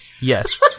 Yes